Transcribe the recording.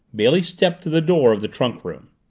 bailey stepped to the door of the trunk room.